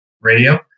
radio